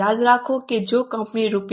યાદ રાખો કે જો કંપની રૂ